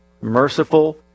merciful